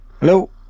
hello